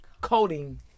Coating